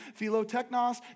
Philotechnos